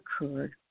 occurred